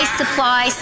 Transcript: supply